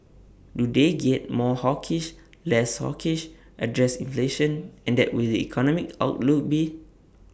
do they get more hawkish less hawkish address inflation and that will the economic outlook be